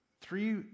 three